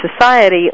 society